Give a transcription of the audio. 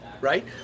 right